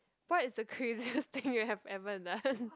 what is the craziest thing you have ever done